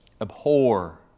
Abhor